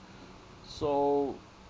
so